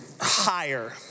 higher